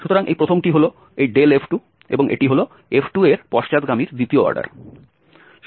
সুতরাং এই প্রথমটি হল এই f2 এবং এটি হল f2 এর পশ্চাৎগামীর দ্বিতীয় অর্ডার